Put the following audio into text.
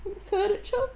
furniture